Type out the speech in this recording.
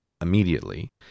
immediately